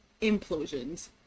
implosions